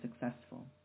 successful